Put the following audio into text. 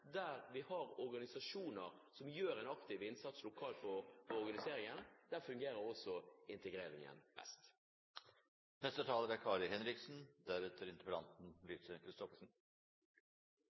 der vi har organisasjoner som gjør en aktiv innsats lokalt for organiseringen, der fungerer også integreringen best.